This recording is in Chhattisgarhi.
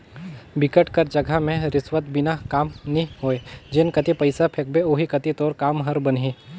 बिकट कर जघा में रिस्वत बिना कामे नी होय जेन कती पइसा फेंकबे ओही कती तोर काम हर बनही